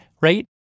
right